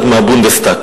אדוני,